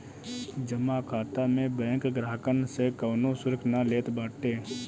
जमा खाता में बैंक ग्राहकन से कवनो शुल्क ना लेत बाटे